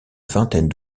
vingtaine